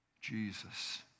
Jesus